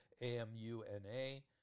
A-M-U-N-A